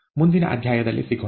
ಮುಂದಿನ ಅಧ್ಯಾಯದಲ್ಲಿ ಸಿಗೋಣ